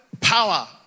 power